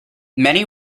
many